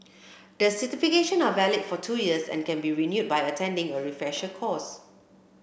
the certification are valid for two years and can be renewed by attending a refresher course